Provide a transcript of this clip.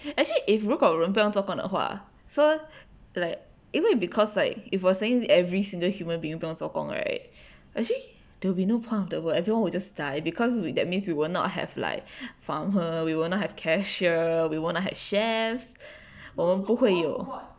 actually if 如果人不用作工的话 so like even if because like if 我 saying every single human being 不用作工 right actually there will be no part of the world everyone will just die because we~ that means we will not have like farmer we will not have cashier we will not chefs or 我们不会有